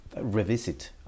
revisit